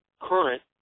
current